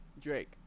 Drake